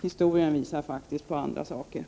Historien visar faktiskt något annat.